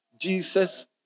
Jesus